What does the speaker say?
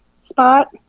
spot